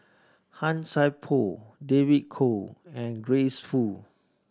Han Sai Por David Kwo and Grace Fu